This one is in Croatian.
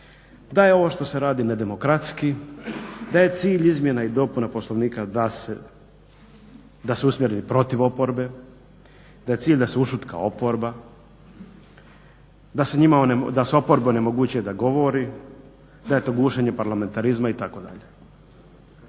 da je ovo što se radi ne demokratski, da je cilj izmjena i dopuna poslovnika da se usmjeri protiv oporbe, da je cilj da se ušutka oporba, da se oporbi onemogući da govori, da je to gušenje parlamentarizma itd.